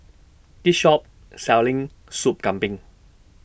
This Shop Selling Sop Kambing